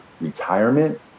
retirement